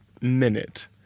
minute